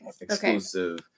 exclusive